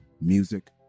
Music